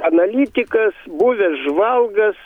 analitikas buvęs žvalgas